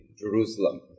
Jerusalem